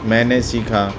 میں نے سیکھا